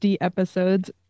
episodes